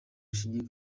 rishingiye